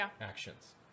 actions